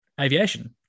aviation